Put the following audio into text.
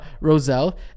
Roselle